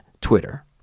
Twitter